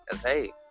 Hey